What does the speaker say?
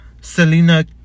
Selena